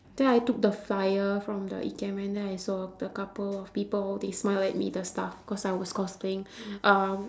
then I took the flyer from the ikemen then I saw the couple of people they smiled at me the staff cause I was cosplaying um